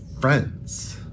Friends